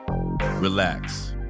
Relax